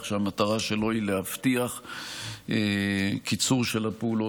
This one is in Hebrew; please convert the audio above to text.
שהמטרה שלו היא להבטיח קיצור של הפעולות,